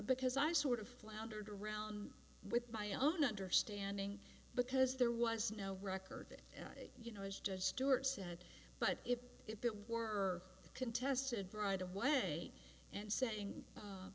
because i sort of floundered around with my own understanding because there was no record that you know was just stewart said but if it were contested right away and saying